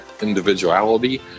individuality